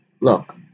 look